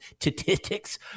statistics